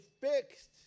fixed